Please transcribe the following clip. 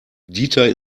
dieter